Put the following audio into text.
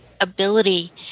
ability